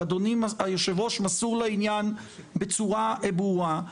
ואדוני יושב הראש מסור לעניין בצורה ברורה,